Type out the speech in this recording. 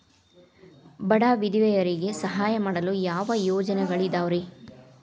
ಬಡ ವಿಧವೆಯರಿಗೆ ಸಹಾಯ ಮಾಡಲು ಯಾವ ಯೋಜನೆಗಳಿದಾವ್ರಿ?